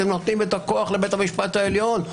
אתם נותנים את הכוח לבית המשפט העליון.